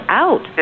out